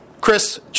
Chris